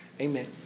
Amen